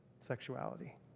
sexuality